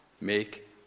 make